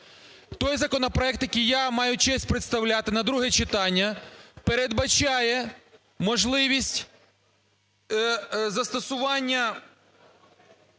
Той законопроект, який я маю честь представляти на друге читання, передбачає можливість застосування